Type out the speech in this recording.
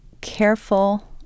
careful